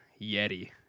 Yeti